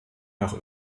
nach